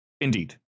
Indeed